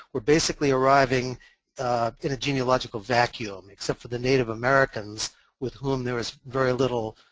were basically arriving in a genealogical vacuum, except for the native americans with whom there is very little